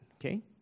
okay